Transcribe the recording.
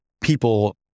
people